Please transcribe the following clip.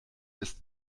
ist